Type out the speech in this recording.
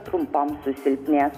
trumpam susilpnės